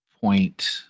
point